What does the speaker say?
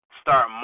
start